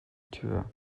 tür